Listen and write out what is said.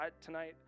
tonight